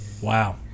wow